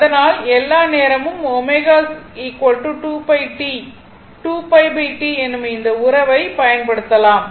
அனால் எல்லா நேரமும் ω 2πT எனும் இந்த உறவை பயன் படுத்தலாம்